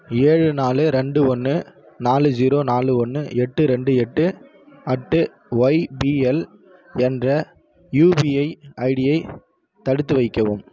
ஏழு நாலு ரெண்டு ஒன்று நாலு ஜீரோ நாலு ஒன்று எட்டு ரெண்டு எட்டு அட் ஒய்பிஎல் என்ற யுபிஐ ஐடியை தடுத்து வைக்கவும்